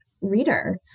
reader